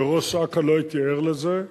כראש אכ"א לא הייתי ער לזה,